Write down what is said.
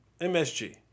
MSG